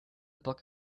book